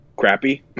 Crappy